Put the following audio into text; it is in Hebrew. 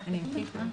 הערה קטנה נוספת.